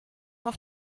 auch